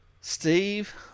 Steve